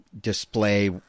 display